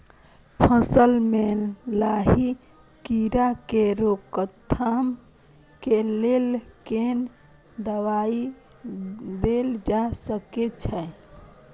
फसल में लाही कीरा के रोकथाम के लेल कोन दवाई देल जा सके छै?